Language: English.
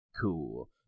cool